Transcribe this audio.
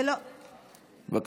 בבקשה.